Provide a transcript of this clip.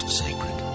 sacred